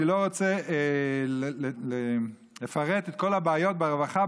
אני לא רוצה לפרט את כל הבעיות ברווחה,